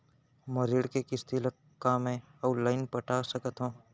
मोर ऋण के किसती ला का मैं अऊ लाइन पटा सकत हव?